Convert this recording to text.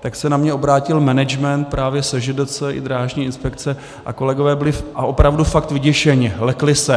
tak se na mě obrátil management právě SŽDC i Drážní inspekce a kolegové byli opravdu, fakt vyděšeni, lekli se.